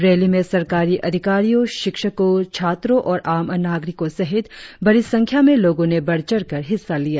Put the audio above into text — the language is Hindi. रैली में सरकारी अधिकारियो शिक्षकों छात्रों और आम नागरिकों सहित बड़ी संख्या में लोगो ने बढ़ चढ़ कर हिस्सा लिया